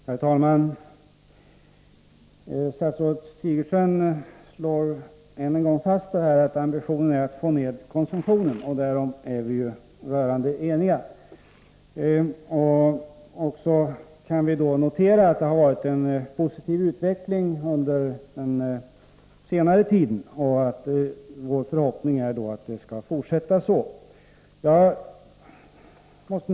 Herr talman! Statsrådet Sigurdsen slår än en gång fast ambitionen att få ner konsumtionen av alkohol, och därom är vi rörande eniga. Vi kan också notera att det har varit en positiv utveckling under den senaste tiden. Vår förhoppning är då att det skall fortsätta på det sättet.